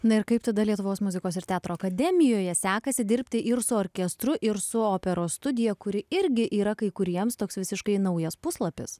na ir kaip tada lietuvos muzikos ir teatro akademijoje sekasi dirbti ir su orkestru ir su operos studija kuri irgi yra kai kuriems toks visiškai naujas puslapis